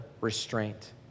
restraint